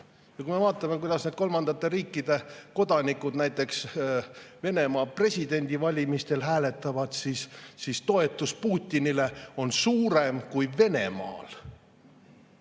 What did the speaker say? Kui me vaatame, kuidas need kolmandate riikide kodanikud näiteks Venemaa presidendi valimistel hääletavad, siis toetus Putinile on suurem kui Venemaal.